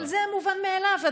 אבל זה מובן מאליו.